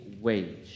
wage